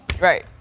Right